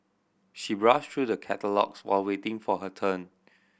she browsed through the catalogues while waiting for her turn